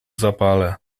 zapale